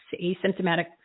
asymptomatic